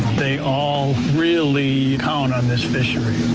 they all really count on this fishery.